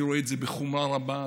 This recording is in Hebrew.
אני רואה את זה בחומרה רבה.